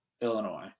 Illinois